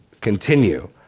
continue